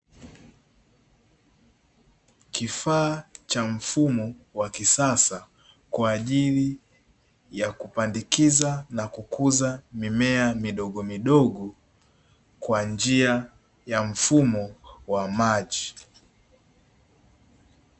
Kifaa cha mfumo wa kisasa kwa ajili ya kupandikiza na kukuza mimea midogomidogo, kwa njia ya mfumo wa maji.